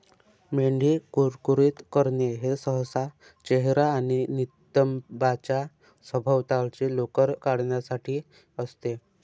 मेंढी कुरकुरीत करणे हे सहसा चेहरा आणि नितंबांच्या सभोवतालची लोकर काढण्यासाठी असते